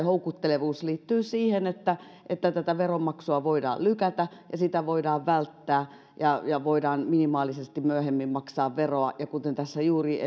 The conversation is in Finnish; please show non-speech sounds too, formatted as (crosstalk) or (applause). (unintelligible) houkuttelevuus liittyy siihen että että veronmaksua voidaan lykätä ja sitä voidaan välttää ja että voidaan minimaalisesti myöhemmin maksaa veroa ja kuten tässä juuri (unintelligible)